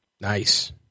Nice